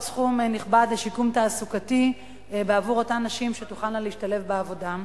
סכום נכבד לשיקום תעסוקתי בעבור אותן נשים שתוכלנה להשתלב בעבודה.